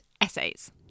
essays